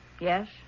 Yes